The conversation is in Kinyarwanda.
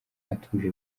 atuje